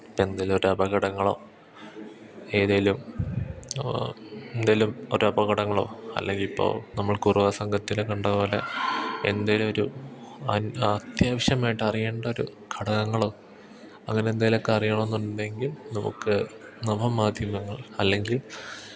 എന്തേലൊരപകടങ്ങളോ ഏതേലും എന്തേലും ഒരപകടങ്ങളോ അല്ലെങ്കിപ്പോള് നമ്മൾ കുറുവാ സംഘത്തിലെ കണ്ടപോലെ എന്തേലുമൊരു അത്യാവശ്യമായിട്ടറിയേണ്ടൊരു ഘടകങ്ങളോ അങ്ങനെ എന്തേലൊക്ക അറിയണോന്നുണ്ടെങ്കിൽ നമുക്ക് നവമാധ്യമങ്ങൾ അല്ലെങ്കിൽ